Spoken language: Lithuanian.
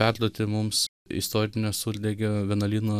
perduoti mums istorinio surdegio vienuolyno